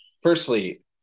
Firstly